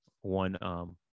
One